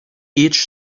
each